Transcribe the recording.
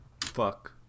Fuck